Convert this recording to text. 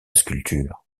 sculpture